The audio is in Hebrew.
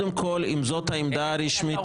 אני מאוד